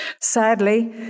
Sadly